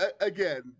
Again